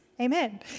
amen